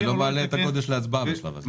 אני לא מביא את אגרת הגודש להצבעה בשלב הזה.